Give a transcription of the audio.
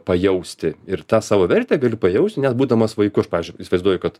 pajausti ir tą savo vertę gali pajausti net būdamas vaiku aš pavyzdžiui įsivaizduoju kad